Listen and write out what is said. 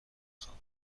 خواهم